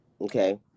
Okay